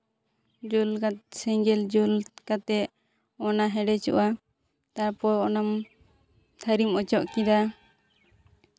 ᱡᱩᱞ ᱠᱟᱛ ᱥᱮᱸᱜᱮᱞ ᱡᱩᱞ ᱠᱟᱛᱮᱫ ᱚᱱᱟ ᱦᱮᱰᱮᱡᱚᱜᱼᱟ ᱛᱟᱨᱯᱚᱨ ᱚᱱᱟᱢ ᱛᱷᱟᱹᱨᱤᱢ ᱚᱪᱚᱜ ᱠᱮᱫᱟ